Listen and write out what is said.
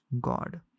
God